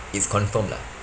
it's confirmed lah